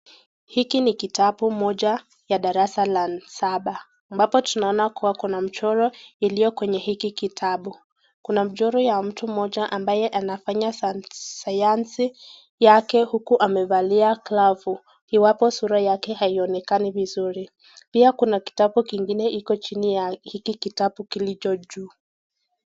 Hiki ni kitabu moja ya darasa la saba. Ambapo tunaona kuwa kuna mchoro iliyo kwenye hiki kitabu. kuna mchoro yya mtu moja ambayo anafanya sayansi yake huku amevalia glavu. iwapo sura yake haionekani vizuri. Pia kuna kitabu kingine iko chini ya hiki kitabu kilicho juu.